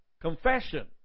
Confession